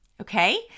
Okay